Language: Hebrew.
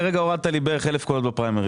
כרגע הורדת לי 1,000 קולות בפריימריס.